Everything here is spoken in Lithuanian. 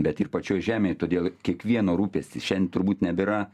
bet ir pačioj žemėj todėl kiekvieno rūpestis šiandien turbūt nebėra